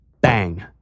Bang